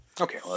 okay